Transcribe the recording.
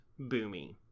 boomy